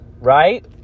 right